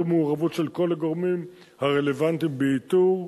את המעורבות של כל הגורמים הרלוונטיים באיתור,